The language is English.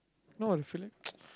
no I'm feeling